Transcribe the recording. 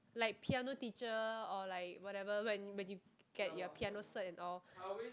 like piano teacher or like whatever when when you get your piano cert at all